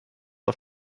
auf